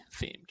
themed